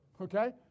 Okay